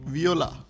Viola